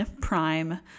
prime